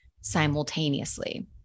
simultaneously